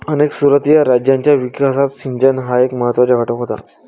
अनेक सुरुवातीच्या राज्यांच्या विकासात सिंचन हा एक महत्त्वाचा घटक होता